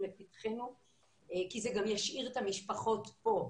לפתחנו כי זה גם ישאיר את המשפחות פה.